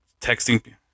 Texting